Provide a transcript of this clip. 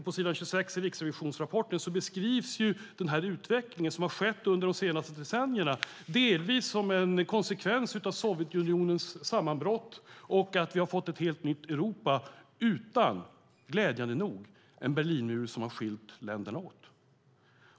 På s. 26 i Riksrevisionsrapporten beskrivs den utveckling som har skett under de senaste decennierna, delvis som en konsekvens av Sovjetunionens sammanbrott och av att vi har fått ett nytt Europa, glädjande nog utan en Berlinmur som skiljer länderna åt.